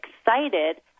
excited